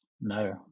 No